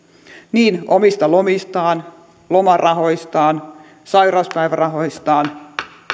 omista lomistaan lomarahoistaan sairauspäivärahoistaan